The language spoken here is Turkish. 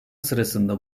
sırasında